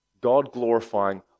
God-glorifying